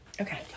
Okay